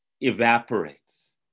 evaporates